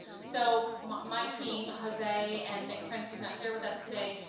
so, my team, jose and nick prince, who's not here with us today,